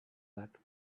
that